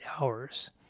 hours